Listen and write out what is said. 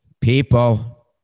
people